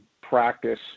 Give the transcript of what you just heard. practice